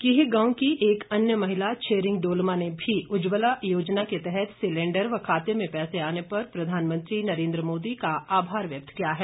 कीह गांव की एक अन्य महिला छेरिंग डोलमा ने भी उज्जवला योजना के तहत सिलेंडर व खाते में पैसे आने पर प्रधानमंत्री नरेंद्र मोदी का आभार व्यक्त किया है